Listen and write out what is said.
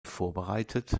vorbereitet